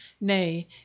nay